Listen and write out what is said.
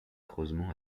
creusement